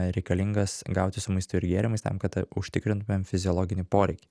reikalingas gauti su maistu ir gėrimais tam kad užtikrintumėm fiziologinį poreikį